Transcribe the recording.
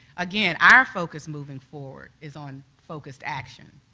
again, our focus moving forward is on focused action,